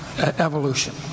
evolution